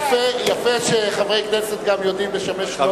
יפה שחברי כנסת גם יודעים לשמש,